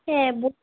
হ্যাঁ